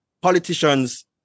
politicians